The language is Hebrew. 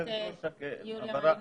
הכנסת יוליה מלינובסקי.